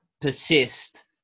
persist